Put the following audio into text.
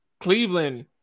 Cleveland